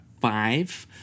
five